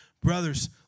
Brothers